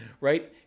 right